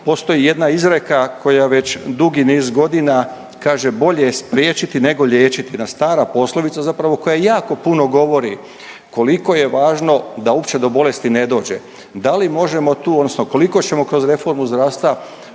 postoji jedna izreka koja već dugi niz godina kaže bolje je spriječiti nego liječiti, jedna stara poslovica zapravo koja jako puno govori koliko je važno da uopće do bolesti ne dođe. Da li možemo tu odnosno koliko ćemo kroz reformu zdravstva